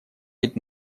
быть